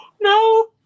no